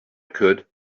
could